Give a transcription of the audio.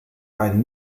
ein